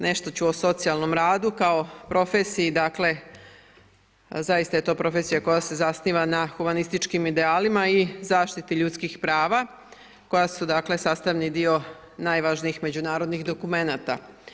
Nešto ću o socijalnom radu kao profesiji, dakle zaista je to profesija koja se zasniva na humanističkim idealima i zaštiti ljudskih prava koja su sastavni dio najvažnijih međunarodnih dokumenata.